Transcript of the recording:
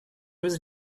was